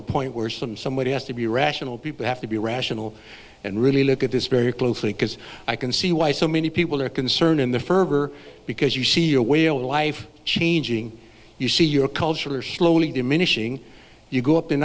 a point where some somebody has to be rational people have to be rational and really look at this very closely because i can see why so many people are concerned in the fervor because you see a whale of a life changing you see your culture slowly diminishing you go up and